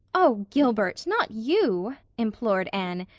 oh, gilbert, not you, implored anne,